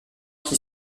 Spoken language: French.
qui